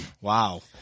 Wow